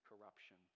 corruption